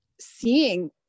seeing